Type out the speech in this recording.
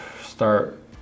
start